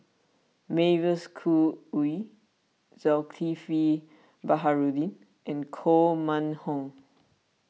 Mavis Khoo Oei Zulkifli Baharudin and Koh Mun Hong